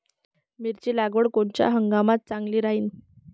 मिरची लागवड कोनच्या हंगामात चांगली राहीन?